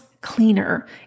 cleaner